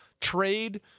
Trade